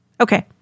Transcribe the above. okay